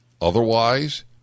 Otherwise